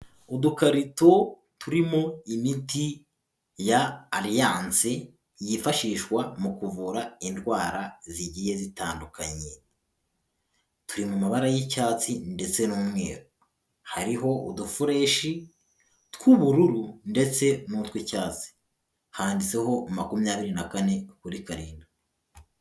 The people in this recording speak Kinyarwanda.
Udukarito turimo imiti ya Aliyanse yifashishwa mu kuvura indwara zigiye zitandakunye, turi mu mabara y'icyatsi ndetse n'umweru hariho udufureshi tw'ubururu ndetse n'utw'icyatsi handitseho makumyabiri na kane kuri karindwi.